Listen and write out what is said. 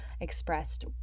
expressed